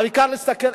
העיקר, להסתכל.